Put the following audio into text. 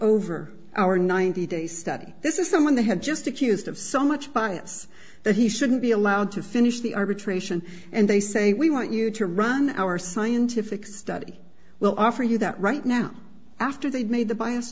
over our ninety day study this is the one they had just accused of so much violence that he shouldn't be allowed to finish the arbitration and they say we want you to run our scientific study will offer you that right now after they've made the bias